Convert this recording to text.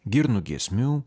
girnų giesmių